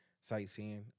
sightseeing